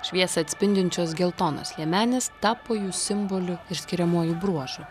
šviesą atspindinčios geltonos liemenės tapo jų simboliu ir skiriamuoju bruožu